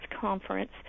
conference